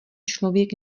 člověk